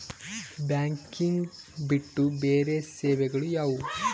Banking ಬಿಟ್ಟು ಬೇರೆ ಸೇವೆಗಳು ಯಾವುವು?